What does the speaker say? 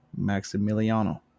maximiliano